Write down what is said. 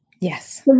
Yes